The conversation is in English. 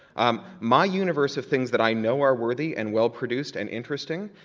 um my universe of things that i know are worthy and well-produced and interesting,